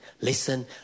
listen